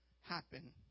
happen